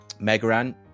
Megaran